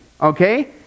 Okay